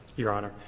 your honor.